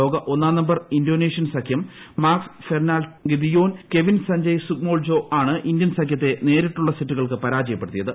ലോക ഒന്നാം number Indonesian സഖ്യം Marcus Fernaldi Gideon Kevin Sanjaya Sukamuljo ആണ് ഇന്ത്യൻ സഖ്യത്തെ നേരിട്ടുള്ള സെറ്റുകൾക്ക് പരാജയപ്പെടുത്തിയത്